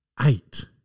Eight